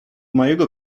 mojego